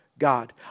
God